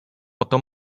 oto